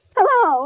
Hello